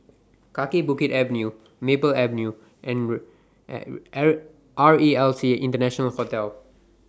Kaki Bukit Avenue Maple Avenue and R E L C International Hotel